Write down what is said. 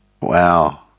Wow